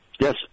Yes